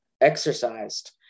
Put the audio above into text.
exercised